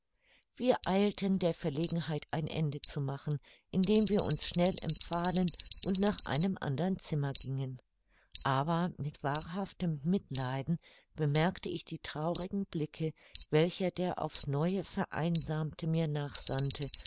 wir eilten der verlegenheit ein ende zu machen indem wir uns schnell empfahlen und nach einem andern zimmer gingen aber mit wahrhaftem mitleiden bemerkte ich die traurigen blicke welche der aufs neue vereinsamte mir